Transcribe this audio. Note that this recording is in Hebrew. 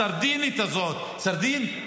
הסרדינית הזאת, סרדין,